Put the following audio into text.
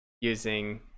using